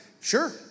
Sure